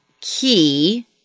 key